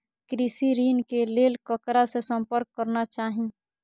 कृषि ऋण के लेल ककरा से संपर्क करना चाही?